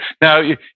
Now